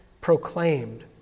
proclaimed